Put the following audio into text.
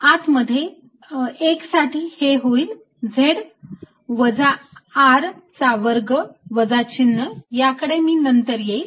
आत मध्ये 1 साठी हे होईल z वजा R चा वर्ग वजा चिन्ह याकडे मी नंतर येईल